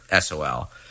SOL